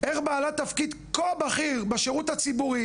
איך בעלת תפקיד כה בכיר בשירות הציבורי